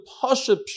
pasha